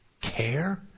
care